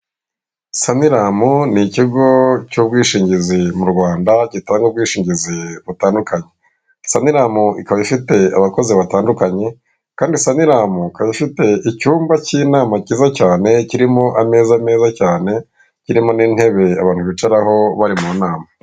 Saniramu n’ikigo cy'ubwishingizi mu Rwanda gitanga ubwishingizi butandukanye, saniramu ikaba ifite abakozi batandukanye kandi saniramu ikaba ifite icyumba cy'inama cyiza cyane, kirimo ameza meza cyane kirimo n'intebe abantu bicaraho bari mu nama.